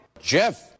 Jeff